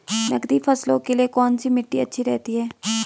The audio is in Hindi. नकदी फसलों के लिए कौन सी मिट्टी अच्छी रहती है?